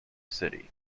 city